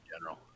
general